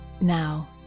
now